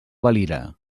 valira